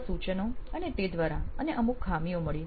થોડા સૂચનો અને તે દ્વારા અને અમુક ખામીઓ મળી